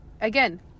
Again